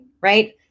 right